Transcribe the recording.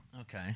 Okay